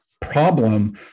problem